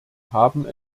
haben